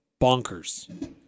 bonkers